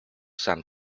sand